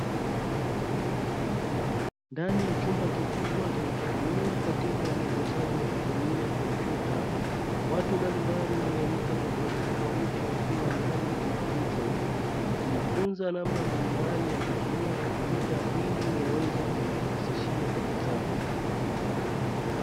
Ndani ya chumba kikubwa kinachotumiwa katika ujifunzaji wa kutumia kompyuta, watu mbalimbali wenye lika tofautitofauti wakiwa ndani ya chumba hicho, wakijifunza namna mbalimbali ya kutumia computer ili waweze kujirahisishia kazi zao.